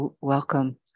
welcome